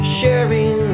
sharing